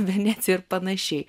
veneciją ir panašiai